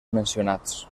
mencionats